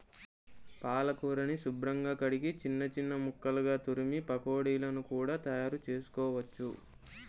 పాలకూరని శుభ్రంగా కడిగి చిన్న చిన్న ముక్కలుగా తురిమి పకోడీలను కూడా తయారుచేసుకోవచ్చు